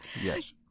yes